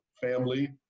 family